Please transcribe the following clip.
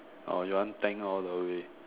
or you want thank all the way